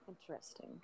Interesting